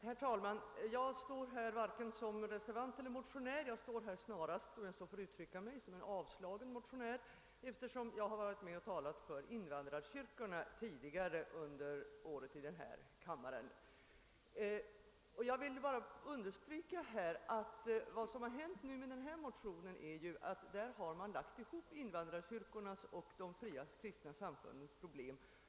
Herr talman! Jag står här varken som motionär eller reservant. Om jag så får uttrycka mig står jag snarast här som en avslagen motionär, eftersom jag har varit med om att tala för invandrarkyrkorna tidigare under året i denna kammare. Vad som hänt med denna motion är att man här lagt ihop invandrarkyrkornas och de fria kristna samfundens problem.